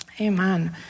Amen